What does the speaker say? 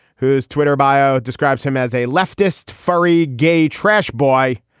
whose twitter bio describes him as a leftist frie gay trash boy.